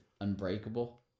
Unbreakable